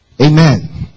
Amen